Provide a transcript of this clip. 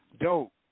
dope